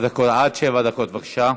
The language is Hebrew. עד שבע דקות, בבקשה.